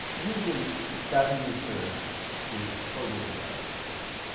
usually it doesn't refer to soldiers who died at sea.